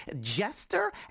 Jester